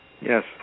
Yes